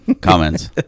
comments